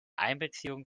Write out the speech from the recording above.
einbeziehung